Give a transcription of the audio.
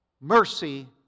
mercy